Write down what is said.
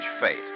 fate